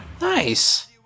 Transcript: Nice